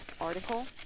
article